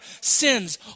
sins